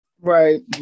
Right